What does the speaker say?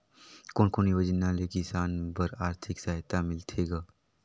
कोन कोन योजना ले किसान बर आरथिक सहायता मिलथे ग?